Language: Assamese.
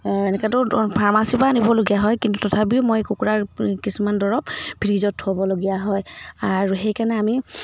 এনেকেতো ফাৰ্মাচীৰ পৰা আনিবলগীয়া হয় কিন্তু তথাপিও মই কুকুৰাৰ কিছুমান দৰৱ ফ্ৰীজত থ'বলগীয়া হয় আৰু সেইকাৰণে আমি